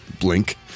Blink